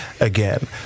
again